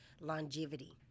longevity